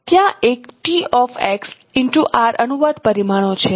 ત્યાં એક અનુવાદ પરિમાણો છે